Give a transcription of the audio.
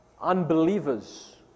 unbelievers